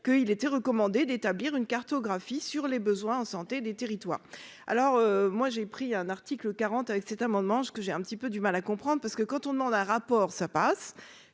que il était recommandé d'établir une cartographie sur les besoins en santé des territoires, alors moi j'ai pris un article quarante avec cet amendement, ce que j'ai un petit peu du mal à comprendre parce que quand on demande un rapport ça passe